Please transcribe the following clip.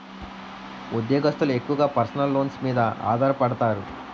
ఉద్యోగస్తులు ఎక్కువగా personal loans మీద ఆధారపడతారు